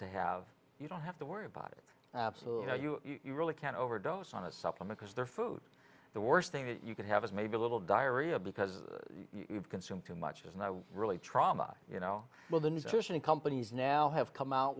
to have you don't have to worry about it absolutely no you really can't overdose on a supplement as their food the worst thing that you can have is maybe a little diarrhea because you've consumed too much and i really trauma you know well the nutrition companies now have come out